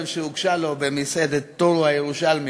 שהוגשה לו במסעדת "טורו" הירושלמית.